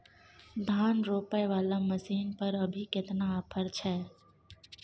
धान रोपय वाला मसीन पर अभी केतना ऑफर छै?